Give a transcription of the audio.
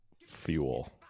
Fuel